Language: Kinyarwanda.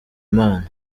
imana